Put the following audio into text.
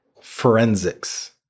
forensics